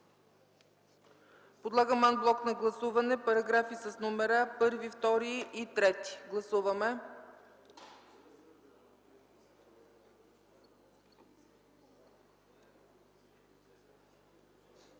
Подлагам ан блок на гласуване параграфи с номера 1, 2 и 3.